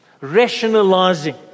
Rationalizing